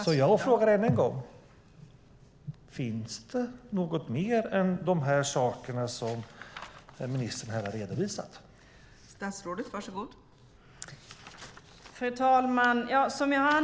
Jag frågar alltså än en gång: Finns det något mer än de saker ministern har redovisat här?